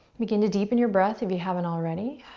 begin to deepen your breath if you haven't already.